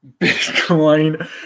Bitcoin